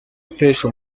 atesha